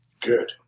Good